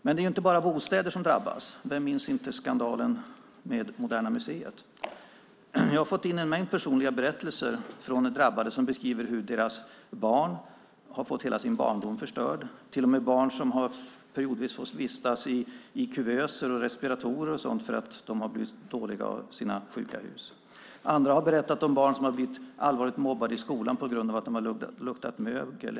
Det är inte bara bostäder som drabbas. Vem minns inte skandalen med Moderna museet? Jag har fått in en mängd personliga berättelser från drabbade som beskriver hur deras barn har fått hela sin barndom förstörd. Det finns till och med barn som periodvis har fått vistas i kuvöser och respiratorer för att de har blivit så dåliga av sina sjuka hus. Andra har berättat om barn som har blivit allvarligt mobbade i skolan på grund av att de har luktat mögel.